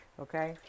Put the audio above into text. okay